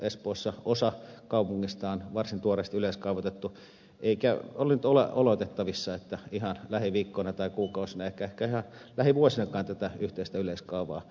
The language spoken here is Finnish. espoossa osa kaupungista on varsin tuoreesti yleiskaavoitettu eikä ole oletettavissa että ihan lähiviikkoina tai kuukausina tai ehkä ihan lähivuosinakaan tämä yhteinen yleiskaava syntyisi